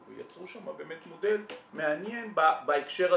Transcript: יצרו שם באמת מודל מעניין בהקשר הזה.